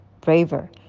braver